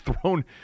thrown